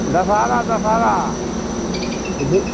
Dussehra Dussehra